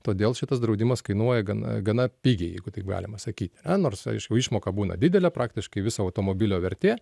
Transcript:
todėl šitas draudimas kainuoja gana gana pigiai jeigu taip galima sakyt nors aišku išmoka būna didelė praktiškai viso automobilio vertė